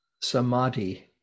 samadhi